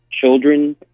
children